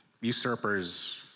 usurpers